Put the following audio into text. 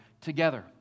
together